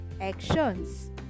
Actions